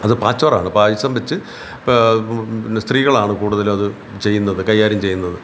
അത് പാച്ചോറാണ് പായസം വെച്ച് പിന്നെ സ്ത്രീകളാണ് കൂടുതലും അത് ചെയ്യുന്നത് കൈകാര്യം ചെയ്യുന്നത്